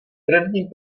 první